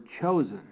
chosen